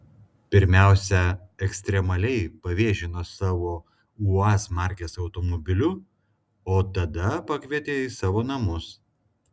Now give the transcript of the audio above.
pirmiausia ekstremaliai pavėžino savo uaz markės automobiliu o tada pakvietė į savo namus